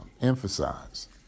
emphasize